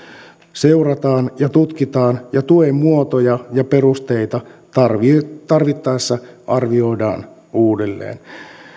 seurataan ja tutkitaan ja tuen muotoja ja perusteita tarvittaessa arvioidaan uudelleen